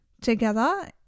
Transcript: together